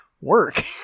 work